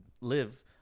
live